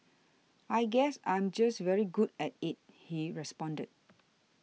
I guess I'm just very good at it he responded